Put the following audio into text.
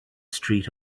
street